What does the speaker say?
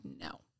no